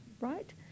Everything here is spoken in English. Right